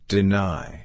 Deny